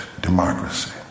democracy